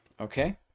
okay